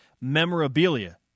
memorabilia